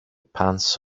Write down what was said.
pans